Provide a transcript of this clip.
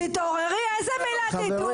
לא סופרים אותנו תתעוררי איזה מילת עידוד?